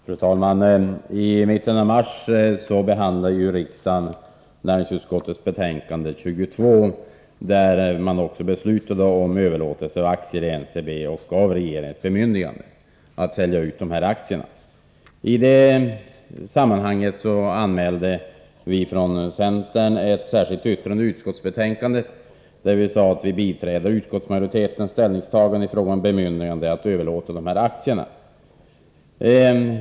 Fru talman! I mitten av mars behandlade riksdagen näringsutskottets betänkande 22 och beslutade med anledning av det om överlåtelse av aktier i NCB och om ett bemyndigande för regeringen att sälja ut dessa aktier. I det sammanhanget fogade vi från centern ett särskilt yttrande till utskottsbetänkandet, där vi anmälde att vi biträdde utskottsmajoritetens ställningstagande i fråga om bemyndigandet att överlåta aktierna.